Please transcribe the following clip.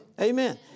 Amen